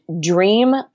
dream